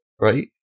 right